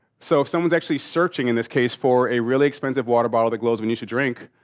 so, if someone's actually searching, in this case for a really expensive water bottle that glows we need to drink,